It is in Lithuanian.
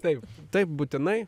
taip taip būtinai